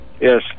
Yes